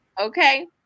Okay